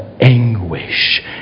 anguish